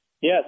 Yes